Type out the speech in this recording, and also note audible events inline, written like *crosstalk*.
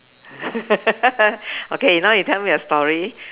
*laughs* okay now you tell me a story